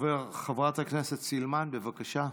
חברת הכנסת סילמן, בבקשה,